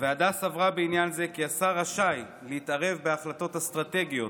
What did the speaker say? הוועדה סברה בעניין זה כי השר רשאי להתערב בהחלטות אסטרטגיות,